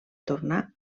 tornar